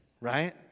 right